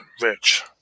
rich